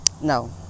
no